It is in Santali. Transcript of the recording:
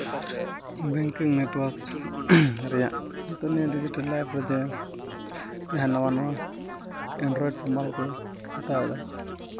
ᱵᱮᱝᱠ ᱨᱮ ᱱᱮᱹᱴᱳᱣᱟᱨᱠ ᱨᱮᱭᱟᱜ ᱱᱤᱭᱟᱹ ᱰᱤᱡᱤᱴᱮᱹᱞ ᱞᱟᱭᱤᱯᱷ ᱨᱮ ᱡᱮ ᱡᱟᱦᱟᱸ ᱱᱟᱣᱟ ᱱᱟᱣᱟ ᱮᱱᱰᱨᱚᱭᱮᱰ ᱢᱳᱵᱟᱭᱤᱞ ᱠᱚ ᱦᱟᱛᱟᱣ ᱮᱫᱟ